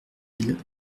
mille